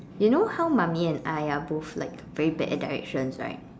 you know how mummy and I are both like very bad at directions right